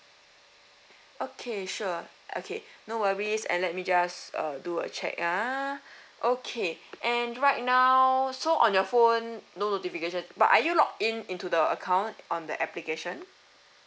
okay sure okay no worries and let me just uh do a check ah okay and right now so on your phone no notification but are you login into the account on the application